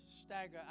stagger